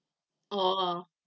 oh